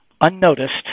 unnoticed